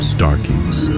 Starkings